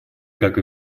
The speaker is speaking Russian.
как